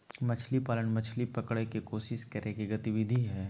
मछली पालन, मछली पकड़य के कोशिश करय के गतिविधि हइ